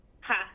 Ha